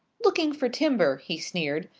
looking for timber, he sneered.